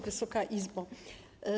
Wysoka Izbo!